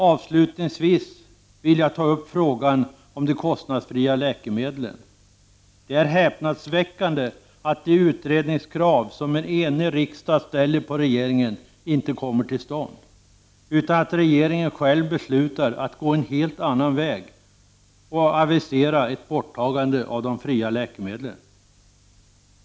Avslutningsvis vill jag ta upp frågan om de kostnadsfria läkemedlen. Det är häpnadsväckande att de utredningskrav som en enig riksdag ställer på regeringen inte tillgodoses och att regeringen i stället beslutar att gå en helt annan väg och avisera ett borttagande av de fria läkemedlen.